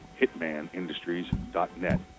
Hitmanindustries.net